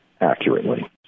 accurately